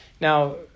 Now